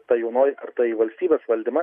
ta jaunoji karta į valstybės valdymą